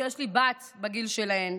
שיש לי בת בגיל שלהן,